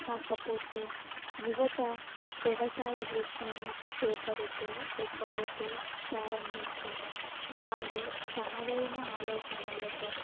కాకపోతే యువత వ్యవసాయ వృత్తిని చేపట్టి లేకపోతే ప్రారంభిస్తే వాళ్ళు తమదైన ఆలోచనలతో